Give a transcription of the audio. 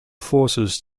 forces